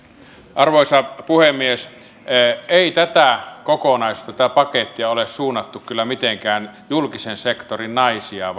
arvoisa puhemies ei tätä kokonaisuutta tätä pakettia ole suunnattu kyllä mitenkään julkisen sektorin naisia